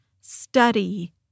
study